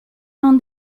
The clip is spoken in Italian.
non